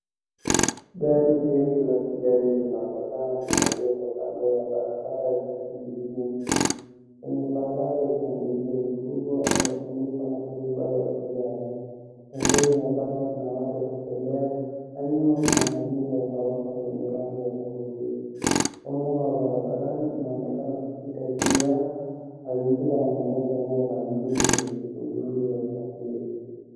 Gari refu la kijani linaonekana limeegeshwa kando ya barabara yenye shughuli nyingi kwenye paa lake kuna miji mikubwa imefunikwa na turubai ya kijani , pembeni ya basi kuna watu wakitembea na nyuma kuna majengo ya ghorofa yenye rangi ya kuvutia . Umeme wa barabarani inaonekana kupita juu yao , mazingira yanaonyesha eneo la mjini lenye shughuli nyingi za usafiri.